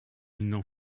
n’en